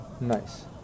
Nice